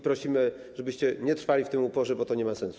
Prosimy, żebyście nie trwali w tym uporze, bo to nie ma sensu.